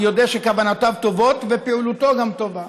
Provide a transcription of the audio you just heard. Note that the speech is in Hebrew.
אני יודע שכוונותיו טובות ופעילותו גם טובה.